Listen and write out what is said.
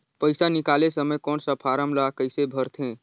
पइसा निकाले समय कौन सा फारम ला कइसे भरते?